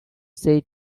said